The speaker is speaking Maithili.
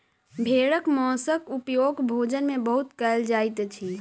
भेड़क मौंसक उपयोग भोजन में बहुत कयल जाइत अछि